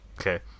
Okay